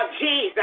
Jesus